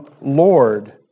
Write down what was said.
Lord